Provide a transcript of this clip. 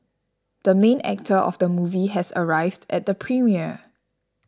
the main actor of the movie has arrived at the premiere